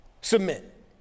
submit